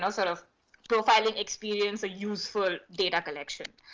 ah sort of profiling experience a useful data collection.